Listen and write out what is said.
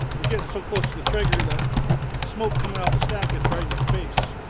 you're getting so close to the traeger that smoke coming out of the stack gets right in your face!